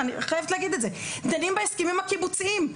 אני חייבת להגיד את זה, דנים בהסכמים הקיבוציים.